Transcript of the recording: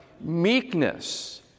meekness